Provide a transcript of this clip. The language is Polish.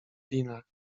dinah